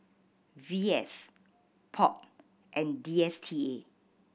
V S POP and D S T A